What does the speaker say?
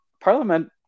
Parliament